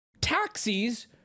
taxis